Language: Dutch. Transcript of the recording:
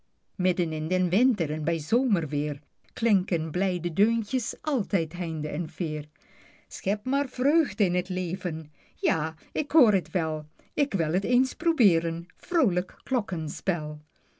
midden in den winter en bij zomerweer klinken blijde deuntjes altijd heinde en veer schep maar vreugde in t leven ja ik hoor het wel k wil het eens probeeren